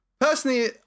personally